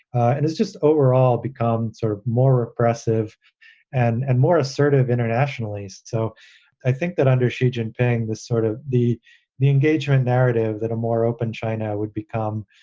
and it's just overall become sort of more repressive and and more assertive internationally. so i think that under xi jinping, the sort of the the engagement narrative that a more open china would become.